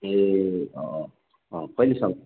ए अँ अँ अँ कहिलेसम्म